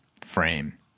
frame